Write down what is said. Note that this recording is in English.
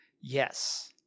yes